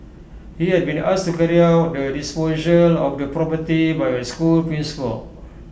he had been asked to carry out the disposal of the property by A school principal